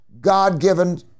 God-given